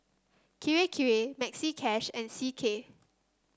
Kirei Kirei Maxi Cash and C K